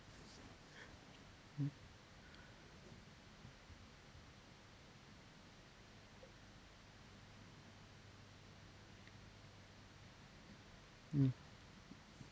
mm mm